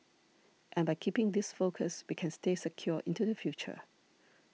and by keeping this focus we can stay secure into the future